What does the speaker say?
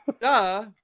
Duh